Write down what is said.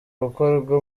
gukorwa